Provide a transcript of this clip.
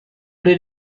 did